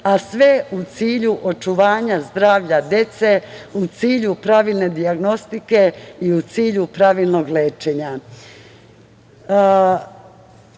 a sve u cilju očuvanja zdravlja dece, u cilju pravilne dijagnostike i u cilju pravilnog